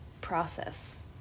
process